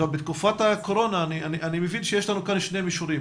בתקופת הקורונה, אני מבין שיש לנו שני מישורים.